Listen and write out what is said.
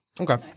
Okay